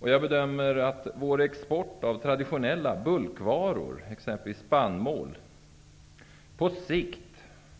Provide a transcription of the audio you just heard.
Jag bedömer att vår export av traditionella bulkvaror, exempelvis spannmål, på sikt